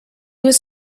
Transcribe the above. was